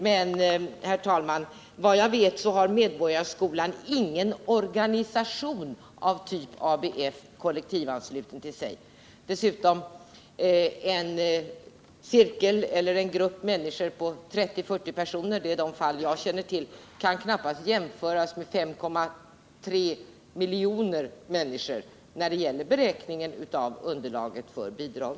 Men, herr talman, vad jag vet har Medborgarskolan inga organisationer kollektivanslutna till sig på samma sätt som ABF. Dessutom kan en cirkel eller grupp på 30-40 människor — det är de fallen jag känner till — knappast jämföras med 5,3 miljoner människor när det gäller beräkning av underlaget för bidrag.